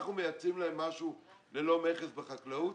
אנחנו מייצאים להם משהו ללא מכס בחקלאות?